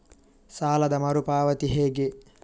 ಸಾಲದ ಮರು ಪಾವತಿ ಹೇಗೆ?